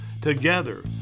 Together